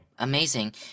Amazing